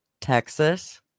Texas